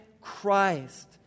Christ